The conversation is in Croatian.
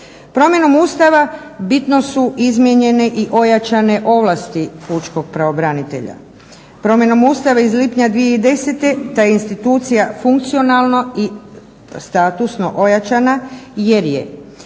Promjenom Ustava bitno su izmijenjene i ojačane ovlasti pučkog pravobranitelja, promjenom Ustava iz lipnja 2010. ta institucija funkcionalno i statusno ojačan. Jer je